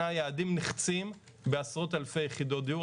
נדמה שאנחנו מודעים לרוב הבעייתיות שיש אבל,